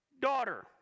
daughter